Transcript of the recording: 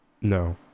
no